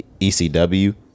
ECW